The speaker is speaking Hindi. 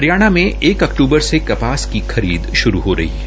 हरियाणा में एक अक्तूबर से कपास की खरीद हो रही है